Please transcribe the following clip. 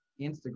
Instagram